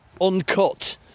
uncut